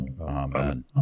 Amen